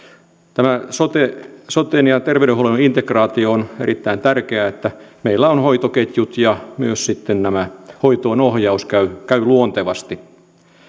tämä soten ja terveydenhuollon integraatio on erittäin tärkeää että meillä on hoitoketjut ja myös sitten tämä hoitoonohjaus käy käy luontevasti